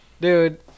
Dude